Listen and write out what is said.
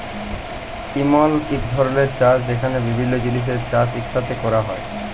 ইমল ইক ধরলের চাষ যেখালে বিভিল্য জিলিসের চাষ ইকসাথে ক্যরা হ্যয় বেশি ফললের জ্যনহে